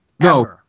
No